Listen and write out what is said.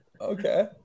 Okay